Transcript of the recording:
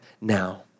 now